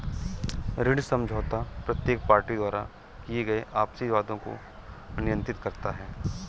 ऋण समझौता प्रत्येक पार्टी द्वारा किए गए आपसी वादों को नियंत्रित करता है